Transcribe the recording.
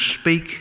speak